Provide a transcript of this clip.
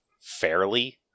fairly